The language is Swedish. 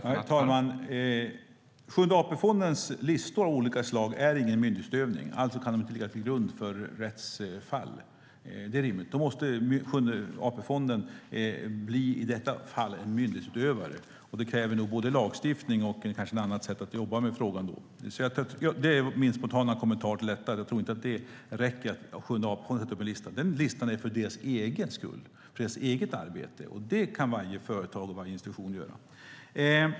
Herr talman! Sjunde AP-fondens listor av olika slag är ingen myndighetsutövning, och därför kan de inte ligga till grund för rättsfall. I så fall måste Sjunde AP-fonden bli en myndighetsutövare, och det kräver nog både lagstiftning och kanske ett annat sätt att jobba med frågan. Det är min spontana kommentar till detta. Jag tror inte att det räcker att Sjunde AP-fonden sätter upp en lista. Den listan är för deras eget arbete, och så kan varje företag och varje institution göra.